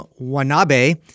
Wanabe